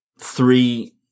three